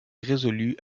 résolue